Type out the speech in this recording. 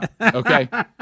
Okay